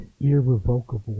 irrevocable